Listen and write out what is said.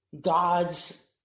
God's